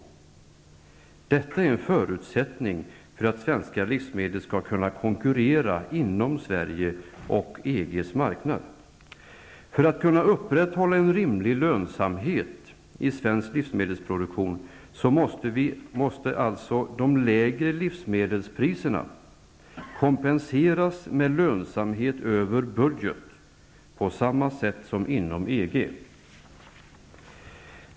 Detta är en förutsättning för att svenska livsmedel skall kunna konkurrera inom Sverige och på EG:s marknad. För att kunna upprätthålla en rimlig lönsamhet i svensk livsmedelsproduktion, måste alltså de lägre livsmedelspriserna kompenseras med lönsamhet över budget, på samma sätt som inom EG.